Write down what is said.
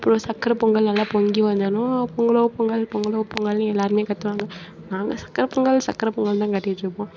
அப்புறம் சக்கரை பொங்கல் நல்லா பொங்கி வந்ததும் பொங்கலோ பொங்கல் பொங்கலோ பொங்கல்னு எல்லாருமே கத்துவாங்க நாங்கள் சக்கரை பொங்கல் சக்கரை பொங்கல்னுதான் கத்திகிட்டு இருப்போம்